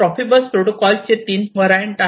Profibus protocol चे तीन variant आहेत